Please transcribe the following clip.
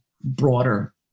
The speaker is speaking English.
broader